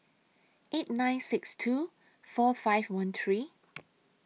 eight nine six two four five one three